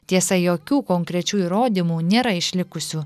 tiesa jokių konkrečių įrodymų nėra išlikusių